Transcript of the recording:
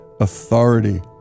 authority